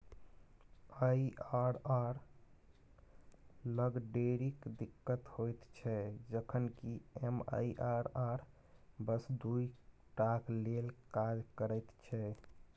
IRR लग ढेरिक दिक्कत होइत छै जखन कि एम.आई.आर.आर बस दुइ टाक लेल काज करैत छै